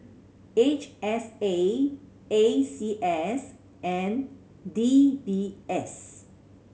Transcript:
H S A A C S and D B S